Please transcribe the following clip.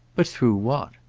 but through what?